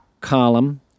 column